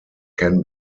can